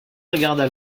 regarda